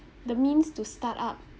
the means to start up